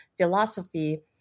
philosophy